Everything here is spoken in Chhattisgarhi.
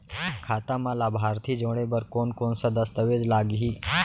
खाता म लाभार्थी जोड़े बर कोन कोन स दस्तावेज लागही?